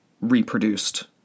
reproduced